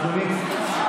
אדוני,